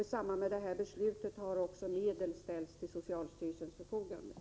I samband med regeringsbeslutet har också medel ställts till socialstyrelsens förfogande.